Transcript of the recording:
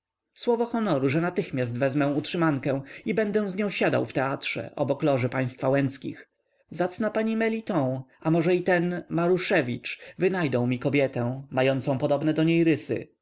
słowo honoru że natychmiast wezmę utrzymankę i będę z nią siadał w teatrze obok loży państwa łęckich zacna pani meliton a może i ten maruszewicz wynajdą mi kobietę mającą podobne do niej rysy